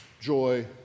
joy